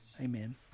Amen